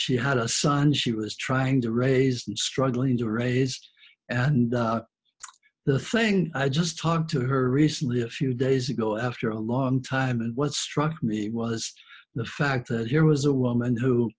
she had a son she was trying to raise and struggling to raised and the thing i just hard to her recently a few days ago after a long time and was struck me was the fact that here was a woman who